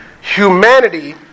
humanity